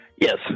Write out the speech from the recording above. Yes